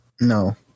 No